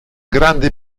grande